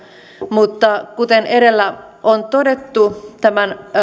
mutta kuten edellä on todettu tämän